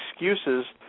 excuses